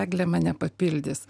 eglė mane papildys